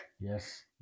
Yes